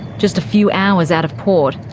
just a few hours out of port,